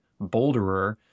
boulderer